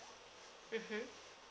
mmhmm